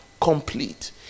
complete